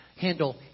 handle